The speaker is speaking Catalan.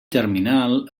terminal